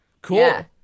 Cool